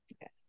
Yes